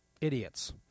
idiots